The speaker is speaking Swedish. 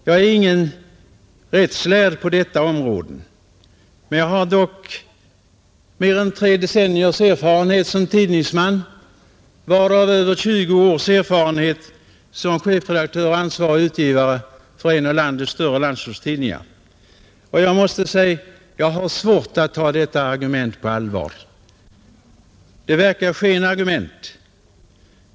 Jag är ingen rättslärd på detta område, men jag har dock mer än tre decenniers erfarenhet som tidningsman, varav över 20 år som chefredaktör och ansvarig utgivare för en av landets större landsortstidningar. Jag måste säga att jag har svårt att ta detta argument på allvar. Det verkar vara ett skenargument.